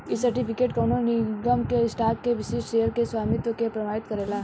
इ सर्टिफिकेट कवनो निगम के स्टॉक के विशिष्ट शेयर के स्वामित्व के प्रमाणित करेला